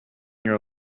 your